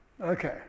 Okay